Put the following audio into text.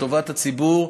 לטובת הציבור,